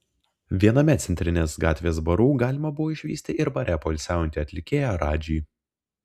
viename centrinės gatvės barų galima buvo išvysti ir bare poilsiaujantį atlikėją radžį